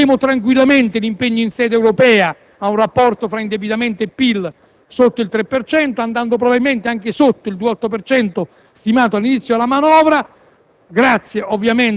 Credo che manterremo tranquillamente l'impegno in sede europea ad un rapporto fra indebitamento e PIL sotto il 3 per cento, andando probabilmente anche sotto il 2,8 per cento stimato all'inizio della manovra,